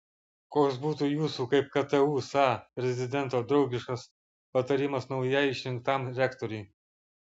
koks būtų jūsų kaip ktu sa prezidento draugiškas patarimas naujai išrinktam rektoriui